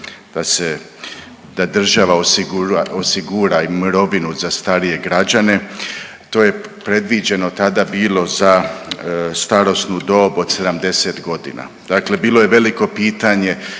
da država osigura, osigura mirovinu za starije građane, to je predviđeno tada bilo za starosnu dob od 70.g., dakle bilo je veliko pitanje